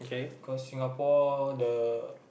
cause Singapore the